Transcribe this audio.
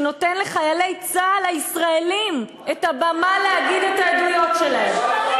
שנותן לחיילי צה"ל הישראלים את הבמה להגיד את העדויות שלהם,